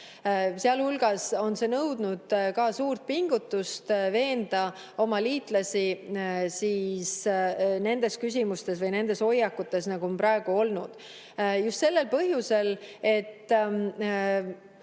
Sealhulgas on see nõudnud ka suurt pingutust veenda oma liitlasi nendes küsimustes või nendes hoiakutes, nagu on praegu olnud. Just sellel põhjusel, et